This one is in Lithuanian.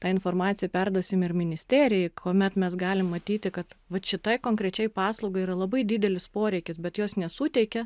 tą informaciją perduosim ir ministerijai kuomet mes galim matyti kad vat šita konkrečiai paslaugai yra labai didelis poreikis bet jos nesuteikia